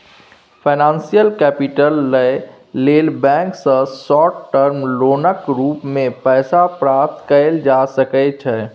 financial capital लइ लेल bank सँ शार्ट टर्म लोनक रूप मे पैसा प्राप्त कएल जा सकइ छै